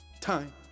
time